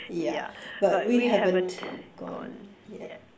ya but we haven't gone yet